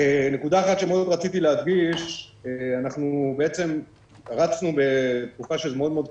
נקודה אחת שמאוד רציתי להדגיש אנחנו בעצם רצנו בתקופה מאוד מאוד קצרה,